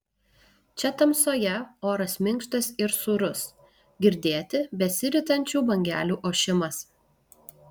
čia tamsoje oras minkštas ir sūrus girdėti besiritančių bangelių ošimas